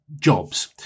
jobs